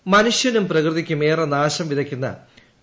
C flex മനുഷ്യനും പ്രകൃതിക്കും ഏറെ നാശം വിതയ്ക്കുന്ന പി